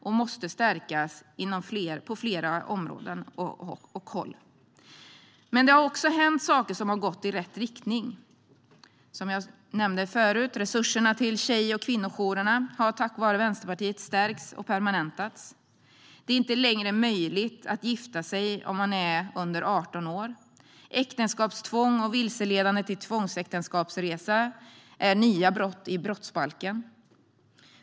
De måste stärkas på flera områden och håll. Men det har också hänt saker som har gått i rätt riktning, som jag nämnde förut. Resurserna till tjej och kvinnojourerna har tack vare Vänsterpartiet stärkts och permanentats. Det är inte längre möjligt att gifta sig om man är under 18 år. Äktenskapstvång och vilseledande till tvångsäktenskapsresa är nya brott i brottsbalken.